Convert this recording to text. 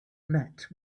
met